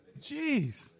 Jeez